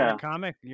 comic